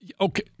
Okay